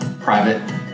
private